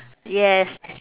yes